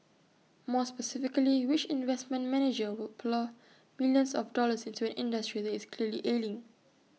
more specifically which investment manager would plough millions of dollars into an industry that is clearly ailing